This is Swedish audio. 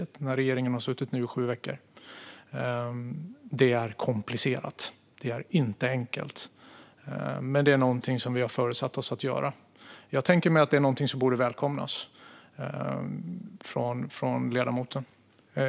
Med tanke på att regeringen har suttit sju veckor kan jag säga att frågan är komplicerad och inte enkel att hantera. Men vi har föresatt oss att göra detta. Jag tänker mig att detta borde välkomnas av ledamoten.